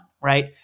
right